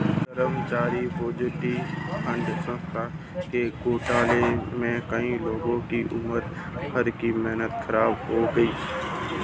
कर्मचारी provident fund संस्था के घोटाले में कई लोगों की उम्र भर की मेहनत ख़राब हो गयी